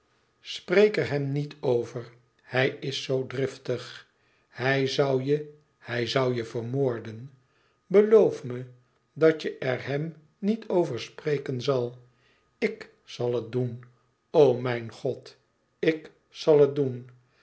er hem niet over hij is zoo driftig hij zoû je hij zoû je vermoorden beloof me dat je er hem niet over spreken zal ik zal het doen o mijn god ik zal het doen